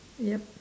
yup